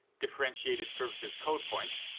differentiated services codepoint,